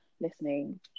listening